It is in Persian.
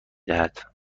دهد